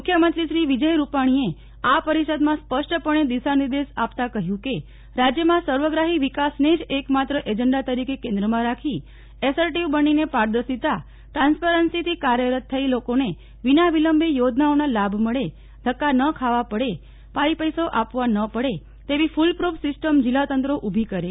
મુખ્યમંત્રી શ્રી વિજય રૂપાણીએ પરિષદમાં સ્પષ્ટપણે દિશાનિર્દેશ આપતાં કહ્યું કે રાજ્યમાં સર્વગ્રાહી વિકાસને જ એક માત્ર એજન્ડા તરીકે કેન્દ્રમાં રાખી એસર્ટીવ બનીને પારદર્શીતા ટ્રાન્સપરન્સીથી કાર્યરત થઇ લોકોને વિના વિલંબે યોજનાઓના લાભ મળે ધક્કા ન ખાવા પડે પાઇ પૈસો આપવા ન પડે તેવી ફૂલપુફ સિસ્ટમ જિલ્લાતંત્રો ઊભી કરે